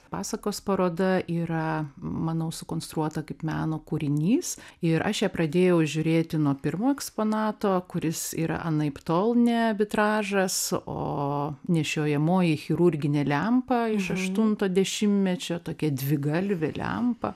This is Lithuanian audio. pasakos paroda yra manau sukonstruota kaip meno kūrinys ir aš ją pradėjau žiūrėti nuo pirmo eksponato kuris yra anaiptol ne vitražas o nešiojamoji chirurginė lempa iš aštunto dešimtmečio tokia dvigalvė lempa